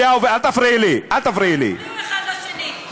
היה עובר, הם לא הפריעו אחד לשני, אל תפריעי לי.